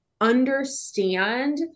understand